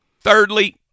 Thirdly